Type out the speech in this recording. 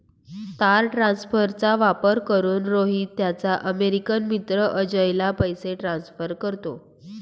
तार ट्रान्सफरचा वापर करून, रोहित त्याचा अमेरिकन मित्र अजयला पैसे ट्रान्सफर करतो